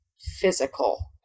physical